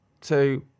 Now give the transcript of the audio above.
two